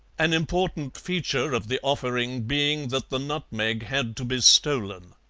an important feature of the offering being that the nutmeg had to be stolen.